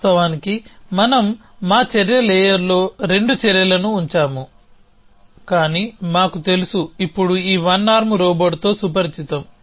వాస్తవానికి మనం మా చర్య లేయర్లో రెండు చర్యలను ఉంచాముకానీ మాకు తెలుసుఇప్పుడు ఈ వన్ ఆర్మ్ రోబోట్తో సుపరిచితం